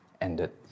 ended